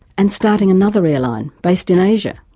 and starting another airline, based in asia.